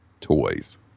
toys